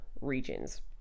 regions